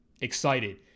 excited